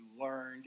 learned